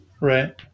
Right